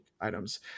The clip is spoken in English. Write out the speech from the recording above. items